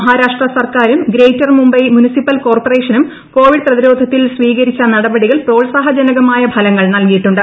മഹാരാഷ്ട്ര സർക്കാരും greater Mumbai municipal കോർപ്പറേഷനും Covid പ്രതിരോധത്തിൽ സ്വീകരിച്ച നടപടികൾ പ്രോത്സാഹജനകമായ ഫലങ്ങൾ നൽകിയിട്ടുണ്ട്